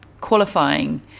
qualifying